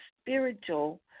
spiritual